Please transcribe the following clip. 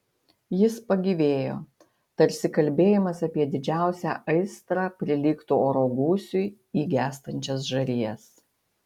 jis pagyvėjo tarsi kalbėjimas apie didžiausią aistrą prilygtų oro gūsiui į gęstančias žarijas